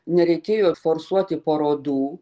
nereikėjo forsuoti parodų